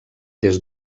des